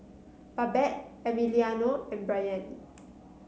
Babette Emiliano and Brayan